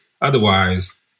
Otherwise